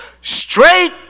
straight